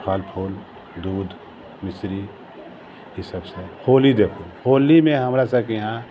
फल फूल दूध मिश्री ईसभ से होली देखू होलीमे हमरासभके यहाँ